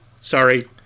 Sorry